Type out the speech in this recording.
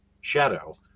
Shadow